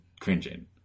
cringing